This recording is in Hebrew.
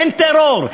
אין טרור,